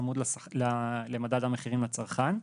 צמוד למדד המחירים לצרכן.